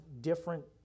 different